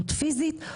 ביקשו רביזיה.